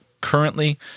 Currently